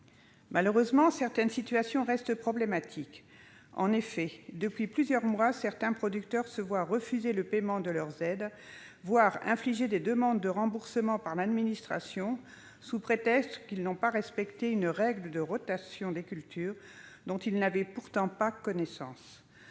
Malheureusement, certaines situations restent problématiques. Ainsi, depuis plusieurs mois, certains producteurs se voient refuser le paiement de leurs aides, voire infliger des demandes de remboursement, sous prétexte qu'ils n'ont pas respecté une règle de rotation des cultures, dont ils n'avaient pourtant pas connaissance.